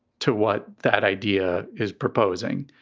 to what? that idea is proposing.